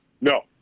No